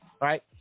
right